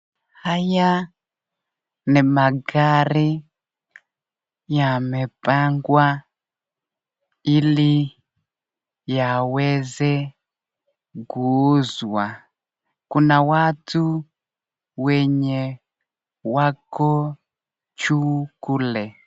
Haya ni magari yamepangwa ili yaweze kuuzwa. Kuna watu wenye wanye wako juu kule.